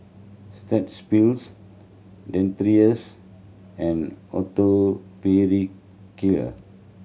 Strepsils Dentiste and Atopiclair